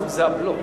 התש"ע 2010,